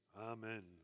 amen